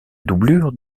doublure